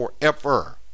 forever